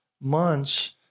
months